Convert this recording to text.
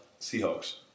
Seahawks